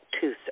tooth